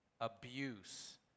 abuse